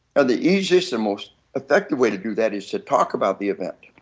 the easiest and most effective way to do that is to talk about the event